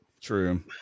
True